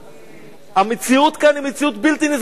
המציאות כאן היא מציאות בלתי נסבלת לחלוטין.